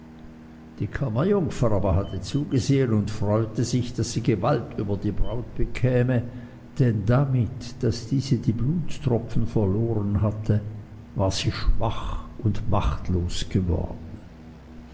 die kammerjungfer hatte aber zugesehen und freute sich daß sie gewalt über die braut bekäme denn damit daß diese die blutstropfen verloren hatte war sie schwach und machtlos geworden